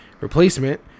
replacement